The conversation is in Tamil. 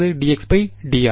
dx dr